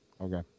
Okay